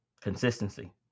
Consistency